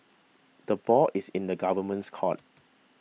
the ball is in the Government's court